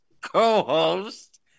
co-host